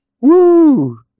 Woo